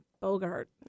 Bogart